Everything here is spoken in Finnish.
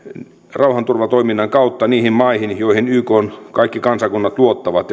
rauhanturvatoiminnan kautta niihin maihin joihin ykn kaikki kansakunnat luottavat